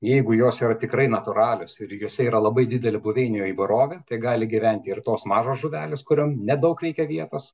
jeigu jos yra tikrai natūralios ir jose yra labai didelė buveinių įvairovė tai gali gyventi ir tos mažos žuvelės kuriom nedaug reikia vietos